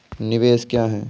निवेश क्या है?